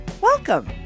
welcome